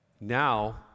Now